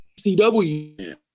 CW